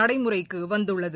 நடைமுறைக்கு வந்துள்ளது